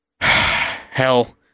Hell